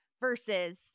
versus